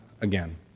again